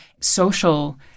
social